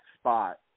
spot